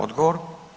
Odgovor.